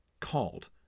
called